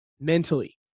mentally